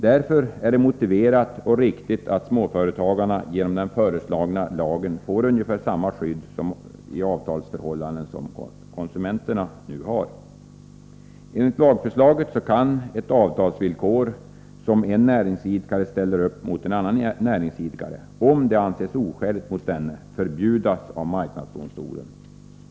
Därför är det motiverat och riktigt att småföretagarna genom den föreslagna lagen får ungefär samma skydd i avtalsförhållanden som konsumenterna nu har. Enligt lagförslaget kan ett avtalsvillkor som en näringsidkare ställer upp mot en annan näringsidkare, om det anses oskäligt mot denne, förbjudas av marknadsdomstolen.